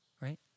right